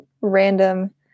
Random